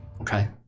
okay